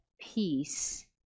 Peace